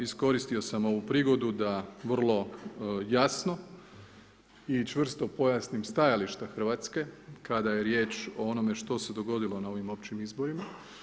Iskoristio sam ovu prigodu da vrlo jasno i čvrsto pojasnim stajališta Hrvatske kada je riječ o onome što se dogodilo na ovim općim izborima.